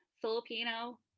Filipino